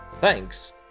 Thanks